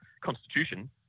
constitution